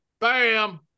Bam